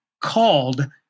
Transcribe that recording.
called